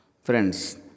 Friends